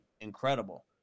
incredible